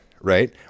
right